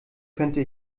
könnte